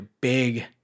big